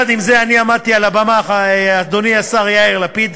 עם זאת, אני עמדתי על הבמה, אדוני השר יאיר לפיד,